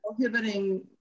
prohibiting